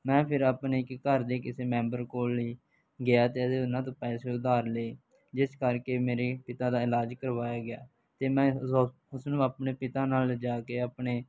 ਮੈਂ ਫਿਰ ਆਪਣੇ ਇੱਕ ਘਰ ਦੇ ਕਿਸੇ ਮੈਂਬਰ ਕੋਲ ਨਹੀਂ ਗਿਆ ਤੇ ਅਤੇ ਉਹਨਾਂ ਤੋਂ ਪੈਸੇ ਉਧਾਰ ਲਏ ਜਿਸ ਕਰਕੇ ਮੇਰੇ ਪਿਤਾ ਦਾ ਇਲਾਜ ਕਰਵਾਇਆ ਗਿਆ ਅਤੇ ਮੈਂ ਉਸ ਨੂੰ ਆਪਣੇ ਪਿਤਾ ਨਾਲ ਲਿਜਾ ਕੇ ਆਪਣੇ